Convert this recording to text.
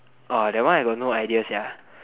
that one I got no idea sia